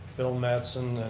phil madsen,